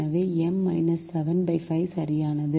எனவே M 7 5 சரியானது